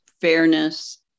fairness